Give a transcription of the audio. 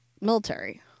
military